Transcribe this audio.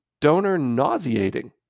donor-nauseating